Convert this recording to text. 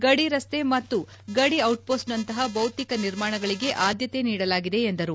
ಗಡಿ ರಸ್ತೆ ಮತ್ತು ಗಡಿ ದಿಟ್ಮೋಸ್ಟ್ ನಂತಹ ಭೌತಿಕ ನಿರ್ಮಾಣಗಳಿಗೆ ಆದ್ದತೆ ನೀಡಲಾಗಿದೆ ಎಂದರು